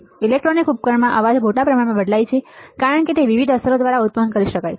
electronic ઉપકરણોમાં અવાજ મોટા પ્રમાણમાં બદલાય છે કારણ કે તે વિવિધ અસરો દ્વારા ઉત્પન્ન કરી શકાય છે